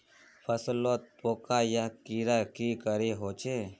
फसलोत पोका या कीड़ा की करे होचे?